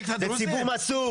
זה ציבור מסור,